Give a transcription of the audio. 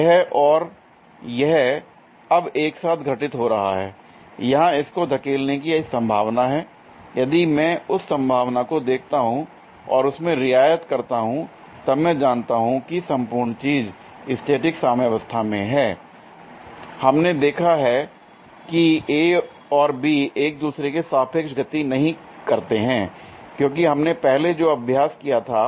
यह और यह अब एक साथ घटित हो रहा है l यहां इसको धकेलने की एक संभावना है l यदि मैं उस संभावना को देखता हूं और उसमें रियायत करता हूं तब मैं जानता हूं कि संपूर्ण चीज स्टैटिक साम्यावस्था में हैl हमने देखा है कि A और B एक दूसरे के सापेक्ष गति नहीं करते हैं क्योंकि हमने पहले जो अभ्यास किया था